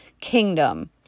kingdom